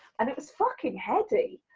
and it was fucking heavy,